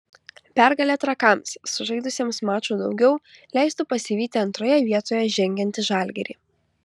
pergalė trakams sužaidusiems maču daugiau leistų pasivyti antroje vietoje žengiantį žalgirį